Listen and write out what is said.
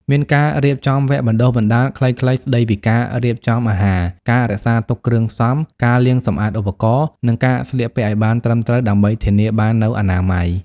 មានការរៀបចំវគ្គបណ្តុះបណ្តាលខ្លីៗស្តីពីការរៀបចំអាហារ ការរក្សាទុកគ្រឿងផ្សំ ការលាងសម្អាតឧបករណ៍ និងការស្លៀកពាក់ឱ្យបានត្រឹមត្រូវ ដើម្បីធានាបាននូវអនាម័យ ។